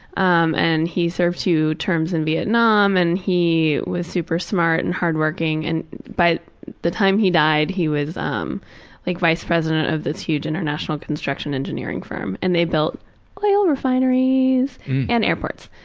um and he served two terms in vietnam and he was super smart and hardworking and by the time he died he was um like vice president of this huge international construction engineering firm and they built oil refineries and airports.